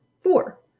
Four